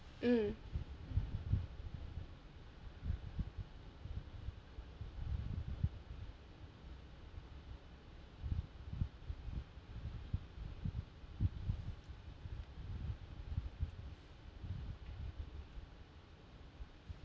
mm